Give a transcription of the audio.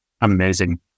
Amazing